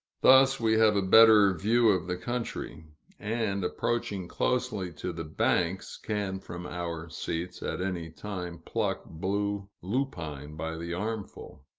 thus we have a better view of the country and, approaching closely to the banks, can from our seats at any time pluck blue lupine by the armful.